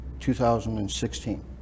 2016